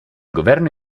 governo